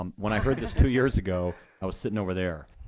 um when i heard this two years ago, i was sitting over there.